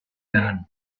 werden